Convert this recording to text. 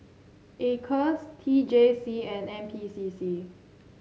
Acres T J C and N P C C